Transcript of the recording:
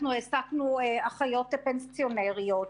אנחנו העסקנו אחיות פנסיונריות,